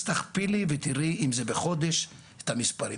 אז תכפילי ותראי אם זה בחודש את המספרים.